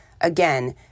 Again